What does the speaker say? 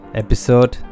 episode